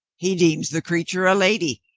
he deems the creature a lady,